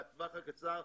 בטווח הקצר,